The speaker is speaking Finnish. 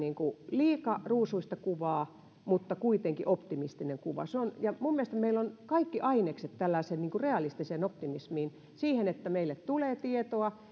liika ruusuista kuvaa mutta kuitenkin optimistinen kuva minun mielestäni meillä on kaikki ainekset tällaiseen realistiseen optimismiin siihen että meille tulee tietoa